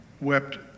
wept